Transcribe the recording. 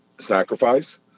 sacrifice